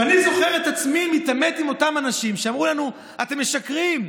ואני זוכר את עצמי מתעמת עם אותם אנשים שאמרו לנו: אתם משקרים,